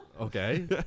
Okay